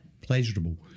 pleasurable